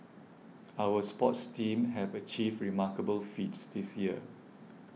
our sports teams have achieved remarkable feats this year